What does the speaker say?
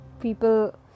people